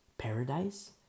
paradise